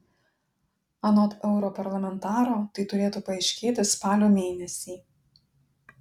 anot europarlamentaro tai turėtų paaiškėti spalio mėnesį